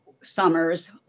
summers